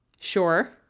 Sure